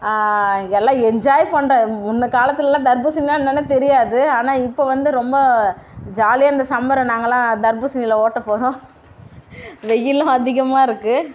எல்லாம் என்ஜாய் பண்றோம் முன் காலத்துலலாம் தர்பூசணினா என்னன்னே தெரியாது ஆனால் இப்போ வந்து ரொம்ப ஜாலியாக இந்த சம்மரை நாங்கள்லாம் தர்பூசணில ஓட்ட போகிறோம் வெயிலும் அதிகமாக இருக்குது